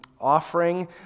offering